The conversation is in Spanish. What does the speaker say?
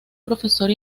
profesor